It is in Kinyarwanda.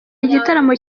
igitaramo